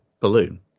balloon